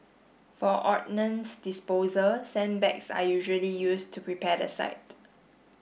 for ordnance disposal sandbags are usually used to prepare the site